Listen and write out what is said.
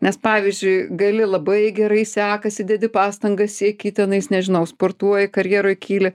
nes pavyzdžiui gali labai gerai sekasi dedi pastangas sieki tenais nežinau sportuoji karjeroj kyli